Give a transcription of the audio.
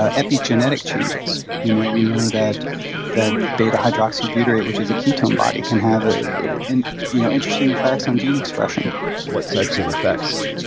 ah epigenetic changes. you know we know that that beta-hydroxybutyrate, which is a ketone body, can have ah and you know interesting effects on gene expression. what types of effects?